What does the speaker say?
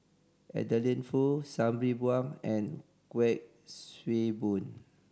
Adeline Foo Sabri Buang and Kuik Swee Boon